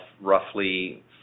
roughly